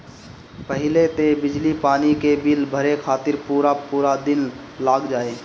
पहिले तअ बिजली पानी के बिल भरे खातिर पूरा पूरा दिन लाग जाए